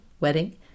wedding